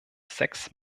sechs